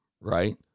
right